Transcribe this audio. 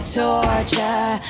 torture